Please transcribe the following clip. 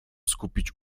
skupić